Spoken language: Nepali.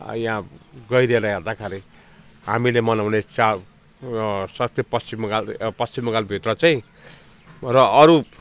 यहाँ गहिरिएर हेर्दाखेरि हामीले मनाउने चाड सके पश्चिम बङ्गाल पश्चिम बङ्गालभित्र चाहिँ र अरू